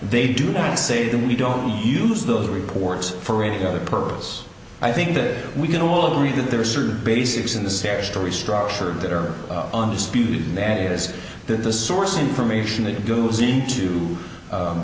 they do not say that we don't use those reports for any other purpose i think that we can all agree that there are certain basics in the scare story structure that are undisputed and that is that the source information that goes into